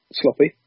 sloppy